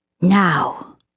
Now